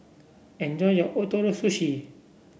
enjoy your Ootoro Sushi